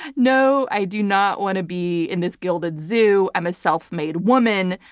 no, i do not want to be in this gilded zoo. i'm a self-made woman.